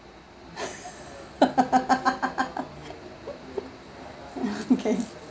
oh okay